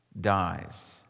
dies